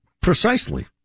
Precisely